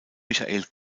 michael